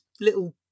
little